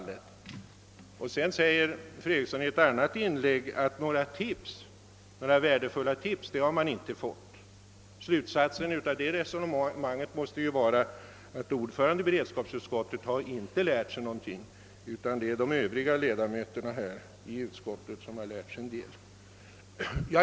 I ett annat inlägg sade fru Eriksson att man inte fått några värdefulla tips. Slutsatsen av detta resonemang måste vara att ordföranden i beredningsutskottet inte lärt sig någonting. Det är bara de övriga ledamöterna av utskottet som lärt sig en del.